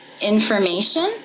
information